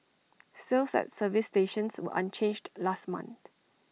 sales at service stations were unchanged last month